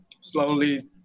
slowly